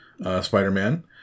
Spider-Man